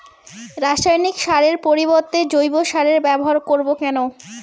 রাসায়নিক সারের পরিবর্তে জৈব সারের ব্যবহার করব কেন?